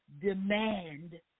demand